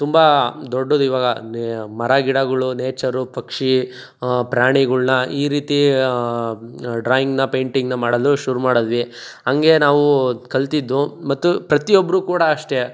ತುಂಬ ದೊಡ್ಡದು ಇವಾಗ ನೇ ಮರ ಗಿಡಗಳು ನೇಚರು ಪಕ್ಷಿ ಪ್ರಾಣಿಗಳ್ನ ಈ ರೀತಿ ಡ್ರಾಯಿಂಗ್ನ ಪೈಂಟಿಂಗ್ನ ಮಾಡಲು ಶುರು ಮಾಡಿದ್ವಿ ಹಂಗೇ ನಾವು ಕಲ್ತಿದ್ದು ಮತ್ತು ಪ್ರತಿಯೊಬ್ಬರು ಕೂಡ ಅಷ್ಟೇ